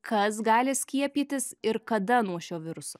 kas gali skiepytis ir kada nuo šio viruso